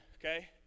okay